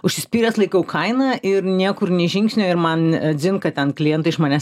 užsispyręs laikau kainą ir niekur nė žingsnio ir man dzin kad ten klientai iš manęs